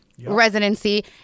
residency